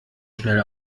schnell